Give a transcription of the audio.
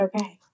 Okay